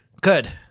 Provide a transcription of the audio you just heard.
Good